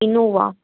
Innova